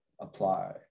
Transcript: apply